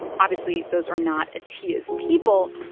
obviously, those are not atiya's people,